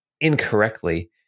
incorrectly